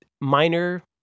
minor